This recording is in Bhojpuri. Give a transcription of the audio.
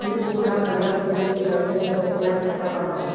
आलूबुखारा खइला से ब्रेस्ट केंसर होखला के खतरा कम हो जाला